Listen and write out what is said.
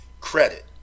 credit